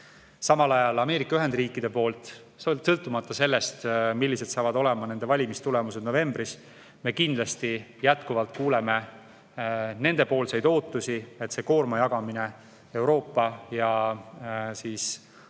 Samal ajal Ameerika Ühendriikidelt, sõltumata sellest, millised saavad olema nende valimistulemused novembris, me kindlasti jätkuvalt kuuleme ootusi, et koorma jagamine Euroopa ja Atlandi-taguste